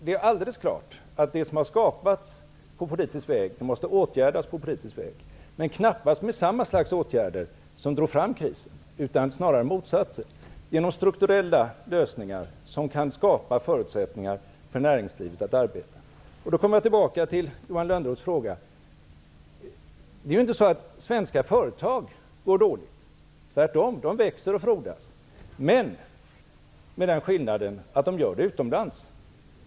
Det är alldeles klart att det som har skapats på politisk väg också måste åtgärdas på politisk väg, men knappast med samma slags åtgärder som orsakade krisen utan snarare med motsatsen. Det krävs strukturella lösningar som kan skapa förutsättningar för näringslivet att arbeta. Då kommer jag tillbaka till Johan Lönnroths fråga. Svenska företag går inte dåligt. Tvärtom växer de och frodas. Men skillnaden är att de gör detta utomlands.